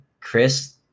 Chris